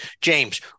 James